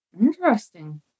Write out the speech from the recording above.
Interesting